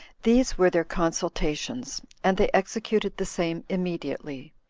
these were their consultations, and they executed the same immediately.